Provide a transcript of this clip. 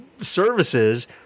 services